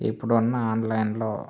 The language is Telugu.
ఇప్పుడు ఉన్న ఆన్లైన్లో